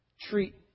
treat